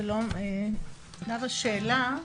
שלום, נאוה שאלה,